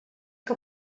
que